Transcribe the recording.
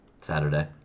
Saturday